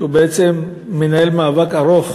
שבעצם מנהל מאבק ארוך